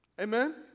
Amen